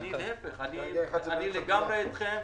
אני לגמרי אתכם.